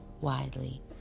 widely